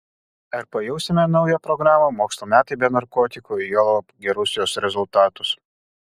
ar pajausime naują programą mokslo metai be narkotikų juolab gerus jos rezultatus